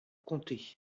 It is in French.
compter